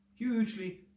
Hugely